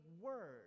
word